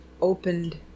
opened